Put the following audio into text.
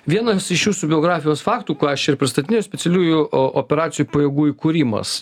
vienas iš jūsų biografijos faktų ką aš ir pristatinėju specialiųjų o operacijų pajėgų įkūrimas